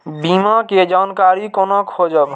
बीमा के जानकारी कोना खोजब?